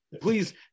Please